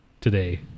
today